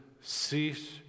cease